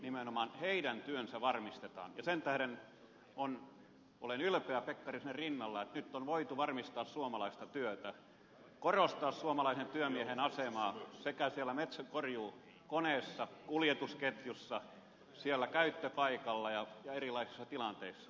nimenomaan heidän työnsä varmistetaan ja sen tähden olen ylpeä pekkarisen rinnalla että nyt on voitu varmistaa suomalaista työtä korostaa suomalaisen työmiehen asemaa siellä metsänkorjuukoneessa kuljetusketjussa siellä käyttöpaikalla ja erilaisissa tilanteissa